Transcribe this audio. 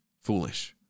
foolish